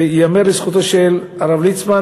וייאמר לזכותו של הרב ליצמן,